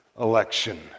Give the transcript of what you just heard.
election